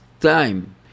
time